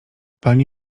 pani